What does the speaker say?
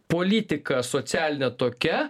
politika socialinė tokia